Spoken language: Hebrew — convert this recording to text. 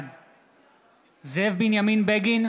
בעד זאב בנימין בגין,